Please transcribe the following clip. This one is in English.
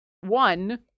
One